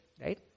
right